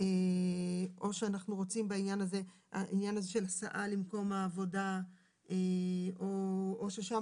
או שאנחנו רוצים בעניין הזה של הסעה למקום העבודה או ששם